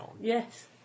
Yes